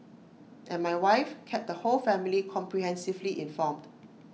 and my wife kept the whole family comprehensively informed